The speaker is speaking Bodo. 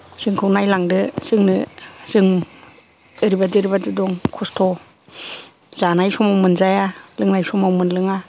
जोंखौ नायलांदो जोंनो जों ओरैबायदि ओरैबायदि दं खस्त' जानाय समाव मोनजाया लोंनाय समाव मोनलोङा